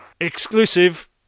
Exclusive